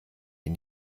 ihn